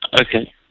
Okay